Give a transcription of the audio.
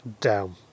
down